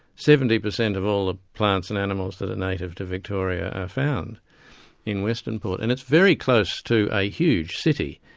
seventy percent of all the ah plants and animals that are native to victoria are found in western port, and it's very close to a huge city,